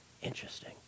Interesting